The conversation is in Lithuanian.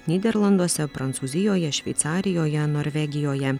nyderlanduose prancūzijoje šveicarijoje norvegijoje